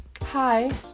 Hi